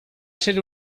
ser